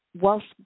whilst